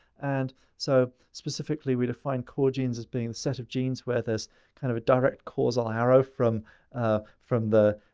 and so specifically, we defined core genes as being the set of genes where there's kind of a direct causal arrow from ah from the